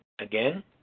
Again